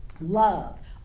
love